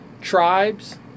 tribes